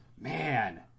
Man